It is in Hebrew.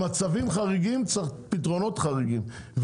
למצבים חריגים צריכים פתרונות חריגים,